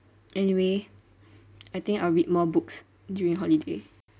anyway I think I'll read more books during holiday